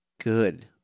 good